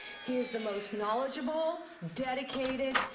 he is the most knowledgeable, dedicated,